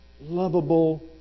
lovable